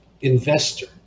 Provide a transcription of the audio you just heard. investor